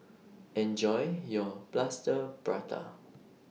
Enjoy your Plaster Prata